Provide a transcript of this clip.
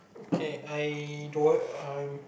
okay I don't want um